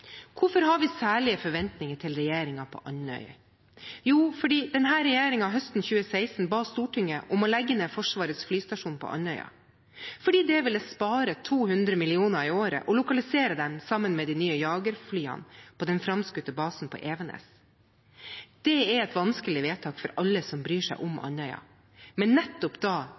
Hvorfor har vi særlige forventninger til regjeringen når det gjelder Andøya? Jo, det er fordi denne regjeringen høsten 2016 ba Stortinget om å legge ned Forsvarets flystasjon på Andøya fordi man ville spare 200 mill. kr i året ved å lokalisere den sammen med de nye jagerflyene på den framskutte basen på Evenes. Det er et vanskelig vedtak for alle som bryr seg om Andøya, men nettopp da